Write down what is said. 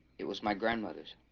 it was my grandmother's